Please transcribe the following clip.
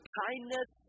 kindness